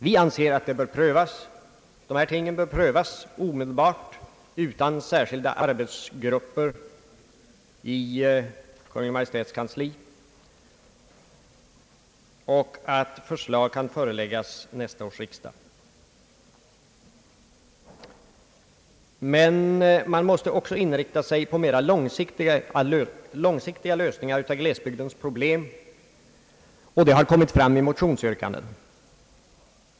Vi anser att dessa metoder bör prövas omedelbart utan särskilda omgångar i Kungl. Maj:ts kansli så att förslag kan föreläggas nästa års riksdag. Man måste dock även inrikta sig på mera långsiktiga lösningar av glesbygdernas problem. Detta har kommit fram i motionsyrkandena.